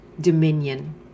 dominion